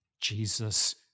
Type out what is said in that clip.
Jesus